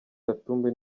katumbi